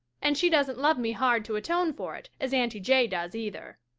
and she doesn't love me hard to atone for it, as aunty j. does, either.